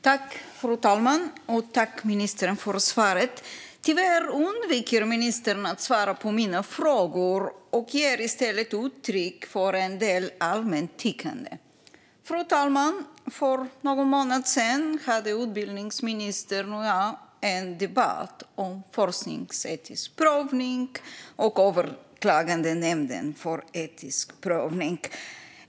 Fru talman! Jag tackar ministern för svaret. Tyvärr undviker ministern att svara på mina frågor och ger i stället uttryck för en del allmänt tyckande. Fru talman! För någon månad sedan hade utbildningsministern och jag en debatt om forskningsetisk prövning och Överklagandenämnden för etikprövning.